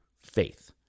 faith